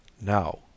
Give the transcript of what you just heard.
Now